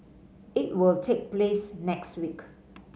it will take place next week